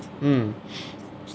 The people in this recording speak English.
mm